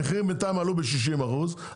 והמחירים בינתיים עלו ב-60 אחוזים,